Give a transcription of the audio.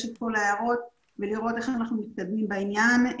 את כל ההערות ולראות איך אנחנו מתקדמים בעניין.